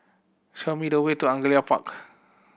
show me the way to Angullia Park